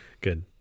good